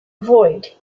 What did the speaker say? void